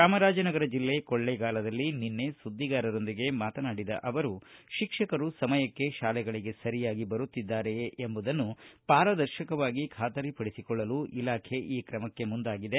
ಚಾಮರಾಜನಗರ ಜಿಲ್ಲೆ ಕೊಳ್ಳೇಗಾಲದಲ್ಲಿ ನಿನ್ನೆ ಸುದ್ದಿಗಾರರೊಂದಿಗೆ ಮಾತನಾಡಿದ ಅವರು ಶಿಕ್ಷಕರು ಸಮಯಕ್ಕೆ ಶಾಲೆಗಳಿಗೆ ಸರಿಯಾಗಿ ಬರುತ್ತಿದ್ದಾರೆಯೇ ಎಂಬುದನ್ನು ಪಾರದರ್ಶಕವಾಗಿ ಖಾತರಿ ಪಡಿಡಿಕೊಳ್ಳಲು ಇಲಾಖೆ ಈ ಕ್ರಮಕ್ಕೆ ಮುಂದಾಗಿದೆ